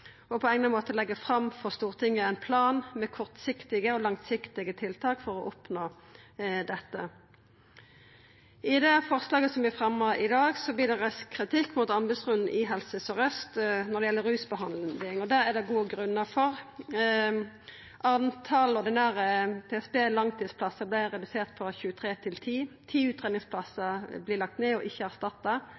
og på egnet måte legge fram for Stortinget en plan med kortsiktige og langsiktige tiltak for å oppnå dette». I det forslaget som vi fremjar i dag, vert det reist kritikk mot anbodsrunden i Helse Sør-Aust når det gjeld rusbehandling, og det er det gode grunnar for. Talet på ordinære langtidsplassar vert redusert frå 23 til 10, 10 utgreiingsplassar vert lagde ned og ikkje